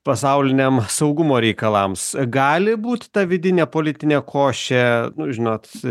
pasauliniam saugumo reikalams gali būt ta vidinė politinė košė nu žinot